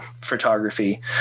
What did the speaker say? photography